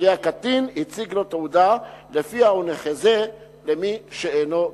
הקטין הציג לו תעודה שלפיה הוא נחזה כמי שאינו קטין.